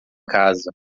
casa